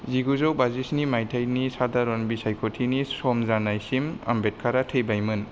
जिगुजौ बाजिस्नि माइथायनि सादारन बिसायख'थिनि सम जानायसिम आम्बेदकारा थैबाय मोन